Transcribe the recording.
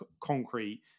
concrete